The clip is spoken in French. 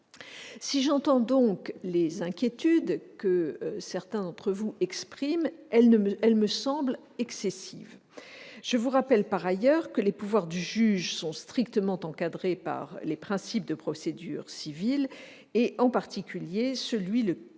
Si j'entends bien les inquiétudes que certains d'entre vous expriment, elles me semblent excessives. En effet, je vous rappelle que les pouvoirs du juge sont strictement encadrés par les principes de procédure civile, en particulier par celui